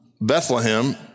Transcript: Bethlehem